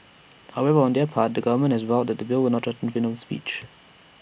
however on their part the government has vowed that the bill will not threaten freedom of speech